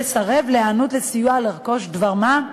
לסרב להיענות לסיוע לרכוש דבר מה.